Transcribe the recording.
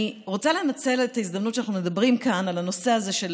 אני רוצה לנצל את ההזדמנות שאנחנו מדברים כאן על הנושא הזה של